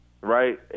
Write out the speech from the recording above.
right